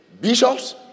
bishops